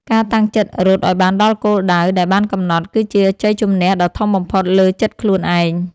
ការតាំងចិត្តរត់ឱ្យបានដល់គោលដៅដែលបានកំណត់ គឺជាជ័យជម្នះដ៏ធំបំផុតលើចិត្តខ្លួនឯង។